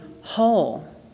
whole